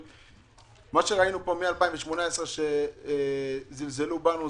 ראינו פה מ-2018 שזלזלו בנו,